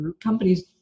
companies